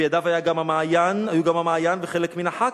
בידיו היו גם המעיין וחלק מן החקרא,